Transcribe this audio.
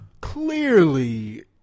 clearly